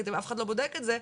כי אף אחד לא בודק את זה.